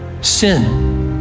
Sin